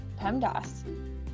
pemdas